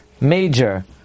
major